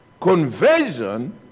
conversion